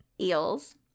eels